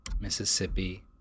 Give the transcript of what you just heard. Mississippi